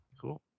cool